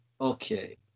okay